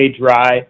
dry